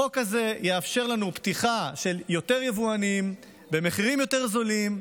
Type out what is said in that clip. החוק הזה יאפשר לנו פתיחה של יותר יבואנים במחירים יותר זולים,